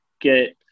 get